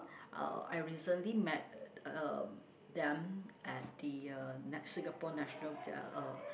uh I recently met um them at the uh nat~ Singapore national uh